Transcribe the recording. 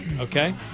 Okay